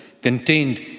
contained